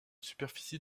superficie